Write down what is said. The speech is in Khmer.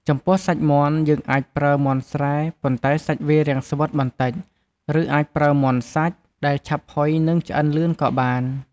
ចំពោះសាច់មាន់ យើងអាចប្រើមាន់ស្រែ ប៉ុន្តែសាច់វារាងស្វិតបន្តិច ឬអាចប្រើមាន់សាច់ ដែលឆាប់ផុយ និងឆ្អិនលឿនក៏បាន។